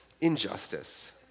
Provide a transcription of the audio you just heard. injustice